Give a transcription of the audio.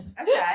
okay